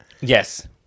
Yes